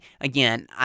Again